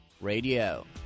Radio